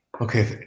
Okay